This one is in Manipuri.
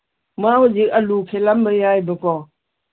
ꯃꯥ ꯍꯧꯖꯤꯛ ꯑꯂꯨ ꯈꯦꯠꯂꯝꯕ ꯌꯥꯏꯌꯦꯕꯀꯣ